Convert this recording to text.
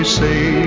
say